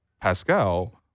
Pascal